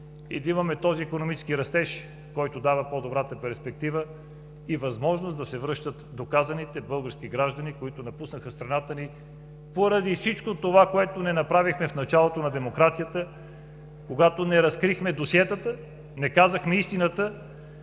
за да имаме този икономически растеж, който дава по-добрата перспектива и възможност да се връщат доказаните български граждани, които напуснаха страната ни поради всичко това, което не направихме в началото на демокрацията, когато не разкрихме досиетата, не казахме истината.